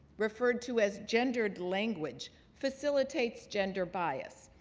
referred to as gendered language, facilitates gender bias.